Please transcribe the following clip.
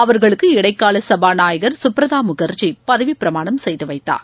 அவர்களுக்கு இடைக்காலசபாநாயகர் சுப்ரதாமுகர்ஜி பதவிபிரமாணம் செய்துவைத்தார்